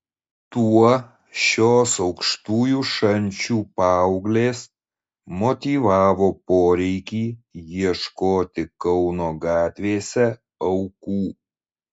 tuo šios aukštųjų šančių paauglės motyvavo poreikį ieškoti kauno gatvėse aukų